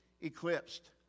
eclipsed